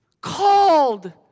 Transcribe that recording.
called